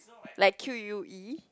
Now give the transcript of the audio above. like Q_U_E